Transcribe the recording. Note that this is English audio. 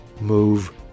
move